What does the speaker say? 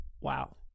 wow